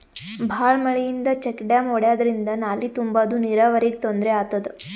ಭಾಳ್ ಮಳಿಯಿಂದ check dam ಒಡ್ಯಾದ್ರಿಂದ ನಾಲಿ ತುಂಬಾದು ನೀರಾವರಿಗ್ ತೊಂದ್ರೆ ಆತದ